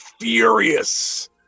furious